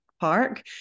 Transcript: park